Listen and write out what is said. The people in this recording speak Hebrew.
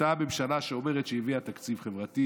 אותה ממשלה שאומרת שהיא הביאה תקציב חברתי